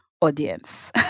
audience